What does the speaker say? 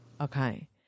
Okay